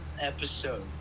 episode